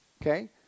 Okay